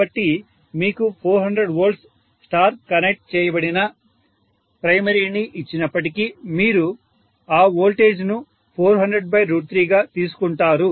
కాబట్టి మీకు 400V star connect చేయబడిన ప్రైమరీని ఇచ్చినప్పటికీ మీరు ఆ వోల్టేజ్ను 4003 గా తీసుకుంటారు